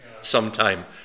sometime